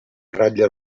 ratlla